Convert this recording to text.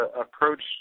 approach